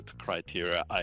criteria